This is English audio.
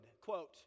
quote